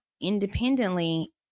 independently